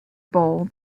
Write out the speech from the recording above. bowl